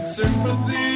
sympathy